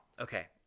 Okay